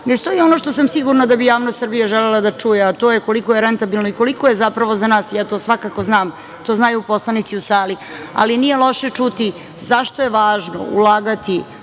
stoji ono što sam sigurna da bi javnost Srbije želela čuje, a to je koliko je rentabilno i koliko je zapravo za nas, ja to svakako znam, to znaju poslanici u sali, ali nije loše čuti – zašto je važno ulagati,